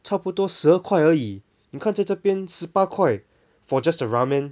差不多十二块而已你看在这边十八块 for just a ramen